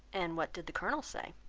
and what did the colonel say?